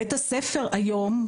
בית הספר היום,